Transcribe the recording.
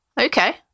okay